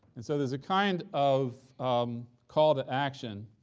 and so there's a kind of um call to action